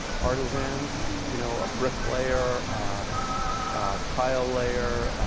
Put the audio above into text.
artisans you know, a brick layer, a tile layer,